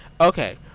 Okay